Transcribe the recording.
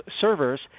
servers